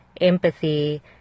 Empathy